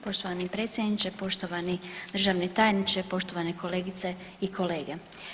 Poštovani predsjedniče, poštovani državni tajniče, poštovane kolegice i kolege.